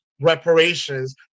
reparations